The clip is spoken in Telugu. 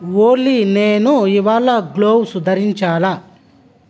ఓలీ నేను ఇవాళ గ్లోవ్స్ ధరించాలా